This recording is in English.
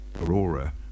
Aurora